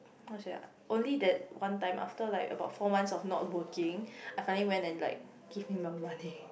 how to say ah only that one time after like about four months of not working I finally went and like give me my money